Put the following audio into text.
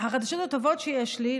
החדשות הטובות שיש לי,